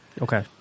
Okay